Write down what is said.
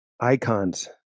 icons